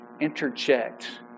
interject